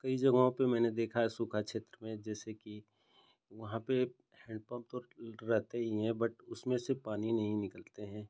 कई जगहों पर मैंने देखा है सूखा क्षेत्र में जैसे कि वहाँ पर हैन्डपम्प तो रहते ही हैं बट उनमें से पानी नहीं निकलता है